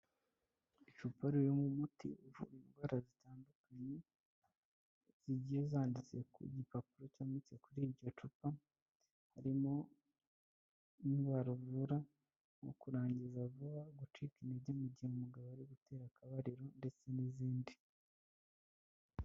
Icupa ririmo umuti uvura indwara zitandukanye zigiye zanditse ku gipapuro cyometse kuri iryo cupa, harimo indwara uvura mu kurangiza vuba, gucika intege mu gihe umugabo ari gutera akabariro ndetse n'izindi.